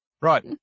Right